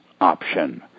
option